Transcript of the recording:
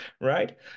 right